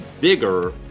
bigger